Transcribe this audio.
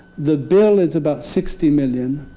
the bill is about sixty million